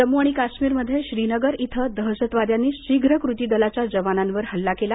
जम्मू आणि काश्मीरमध्ये श्रीनगर इथं दहशतवाद्यांनी शीघ्र कृती दलाच्या जवानांवर हल्ला केला